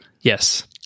Yes